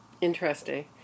Interesting